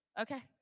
okay